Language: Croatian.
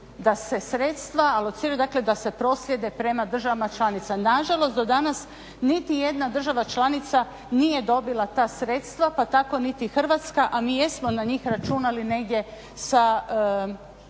da se sredstva alociraju dakle da se proslijede prema državama članicama. Nažalost do danas niti jedna država članica nije dobila ta sredstva pa tako niti Hrvatska, a mi jesmo na njih računali negdje sa